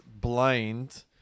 blind